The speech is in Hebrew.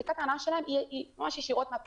כי זיקת ההנאה שלהן היא ממש ישירות מן הפריסה,